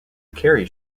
carey